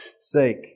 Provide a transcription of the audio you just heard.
sake